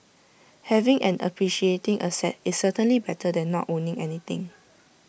having an appreciating asset is certainly better than not owning anything